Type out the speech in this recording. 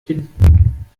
bin